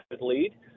lead